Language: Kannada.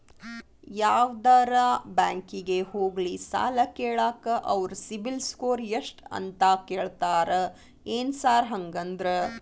ಯಾವದರಾ ಬ್ಯಾಂಕಿಗೆ ಹೋಗ್ಲಿ ಸಾಲ ಕೇಳಾಕ ಅವ್ರ್ ಸಿಬಿಲ್ ಸ್ಕೋರ್ ಎಷ್ಟ ಅಂತಾ ಕೇಳ್ತಾರ ಏನ್ ಸಾರ್ ಹಂಗಂದ್ರ?